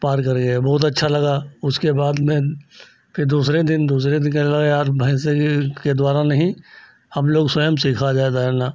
पार कर गए बहुत अच्छा लगा उसके बाद में फिर दूसरे दिन दूसरे दिन कहने लगा यार भैंसे के के द्वारा नहीं हम लोग स्वयं सीखा जाए तैरना